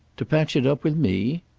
to patch it up with me?